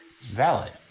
valid